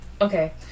okay